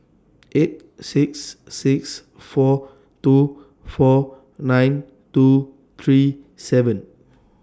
eight six six four two four nine two three seven